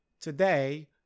today